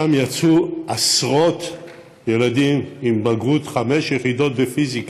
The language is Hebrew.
משם יצאו עשרות ילדים עם בגרות חמש יחידות בפיזיקה.